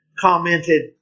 Commented